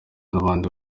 n’abandi